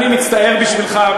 אני מצטער בשבילך.